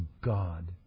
God